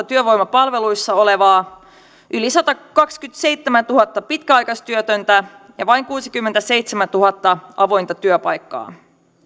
työvoimapalveluissa olevaa yli satakaksikymmentäseitsemäntuhatta pitkäaikaistyötöntä ja vain kuusikymmentäseitsemäntuhatta avointa työpaikkaa